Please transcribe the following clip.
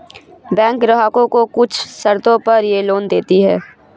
बैकें ग्राहकों को कुछ शर्तों पर यह लोन देतीं हैं